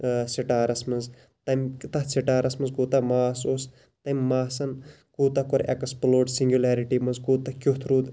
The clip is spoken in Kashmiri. سٹارَس مَنٛز تمہِ تَتھ سٹارَس مَنٛز کوتاہ ماس اوس تمہِ ماسَن کوتاہ کوٚر ایٚکسپٕلوڑ سِنٛگلیرِٹی مَنٛز کوٗتاہ کیُتھ روٗد